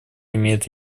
имеет